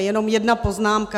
Jenom jedna poznámka.